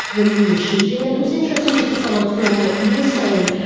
when we were shooting it, it was interesting, just follow from what you were saying,